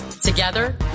Together